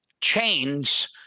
chains